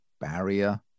barrier